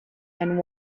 and